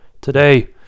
today